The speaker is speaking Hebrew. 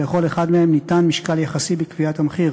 שלכל אחד מהם ניתן משקל יחסי בקביעת המחיר.